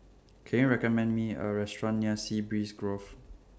Can YOU recommend Me A Restaurant near Sea Breeze Grove